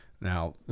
Now